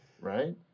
Right